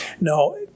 No